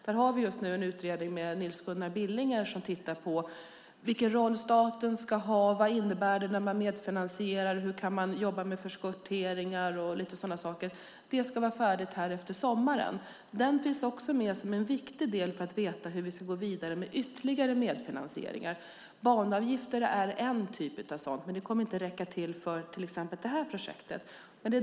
Där har vi just nu en utredning med Nils Gunnar Billinger som tittar på vilken roll staten ska ha, vad det innebär när man medfinansierar, hur man kan jobba med förskotteringar och lite sådant. Utredningen ska vara färdig efter sommaren och finns också med som en viktig del för att vi ska veta hur vi ska gå vidare med ytterligare medfinansieringar. Banavgifter är en typ, men det kommer inte att räcka till för till exempel det här projektet.